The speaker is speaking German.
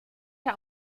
der